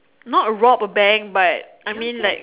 not a rob a bank but I mean like